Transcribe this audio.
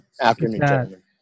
Afternoon